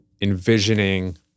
envisioning